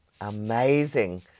Amazing